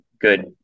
good